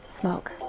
smoke